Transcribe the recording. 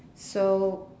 so